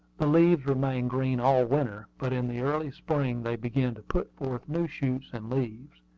the leaves remain green all winter but in the early spring they begin to put forth new shoots and leaves.